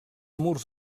murs